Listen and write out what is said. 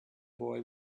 boy